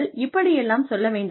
இப்படி எல்லாம் சொல்ல வேண்டாம்